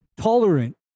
tolerant